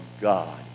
God